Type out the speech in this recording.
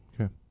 okay